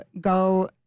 go